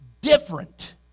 different